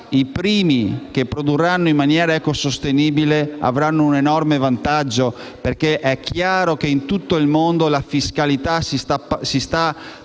I primi che produrranno in maniera ecosostenibile, infatti, avranno un enorme vantaggio economico, perché è chiaro che in tutto il mondo la fiscalità si sta trasferendo